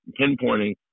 pinpointing